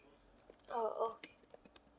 oh okay